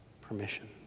permission